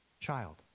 child